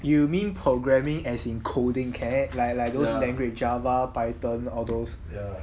you mean programming as in coding care like like those language java python all those